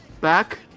back